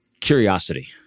Curiosity